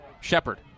Shepard